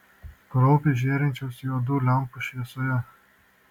kraupiai žėrinčios juodų lempų šviesoje